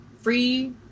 free